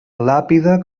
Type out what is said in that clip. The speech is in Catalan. làpida